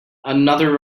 another